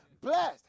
Blessed